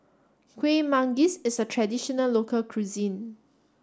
Kuih Manggis is a traditional local cuisine